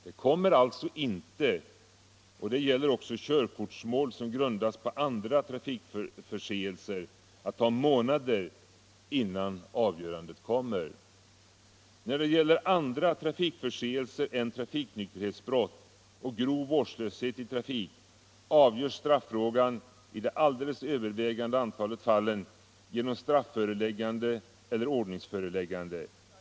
Det kommer alltså inte — och det gäller också körkortsmål som grundas på andra trafikförseelser — att ta månader innan avgörandet kommer. För andra trafikförseelser än trafiknykterhetsbrott och grov vårdslöshet i trafik avgörs straffrågan i det alldeles övervägande antalet fall genom strafföreläggande eller ordningsföreläggande.